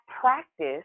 practice